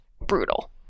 brutal